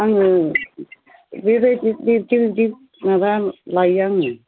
आङो बेबायदि बिब्दि बिब्दि माबा लायो आङो